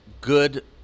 good